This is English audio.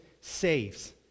saves